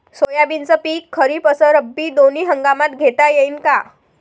सोयाबीनचं पिक खरीप अस रब्बी दोनी हंगामात घेता येईन का?